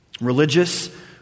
Religious